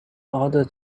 order